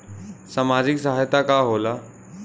सामाजिक सहायता का होला?